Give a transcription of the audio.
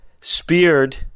speared